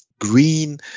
green